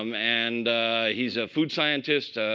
um and he's a food scientist,